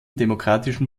demokratischen